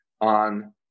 on